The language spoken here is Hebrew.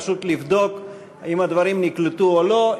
פשוט לבדוק אם הדברים נקלטו או לא.